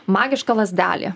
magiška lazdelė